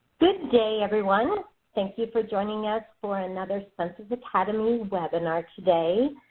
good day everyone. thank you for joining us for another census academy webinar today.